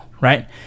right